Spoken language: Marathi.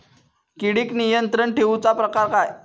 किडिक नियंत्रण ठेवुचा प्रकार काय?